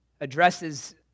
addresses